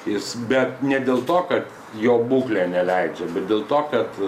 jis bet ne dėl to kad jo būklė neleidžia bet dėl to kad